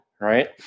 right